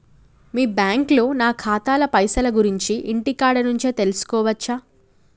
మీ బ్యాంకులో నా ఖాతాల పైసల గురించి ఇంటికాడ నుంచే తెలుసుకోవచ్చా?